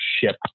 ship